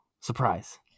surprise